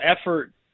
effort –